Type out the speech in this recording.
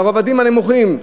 לרבדים הנמוכים.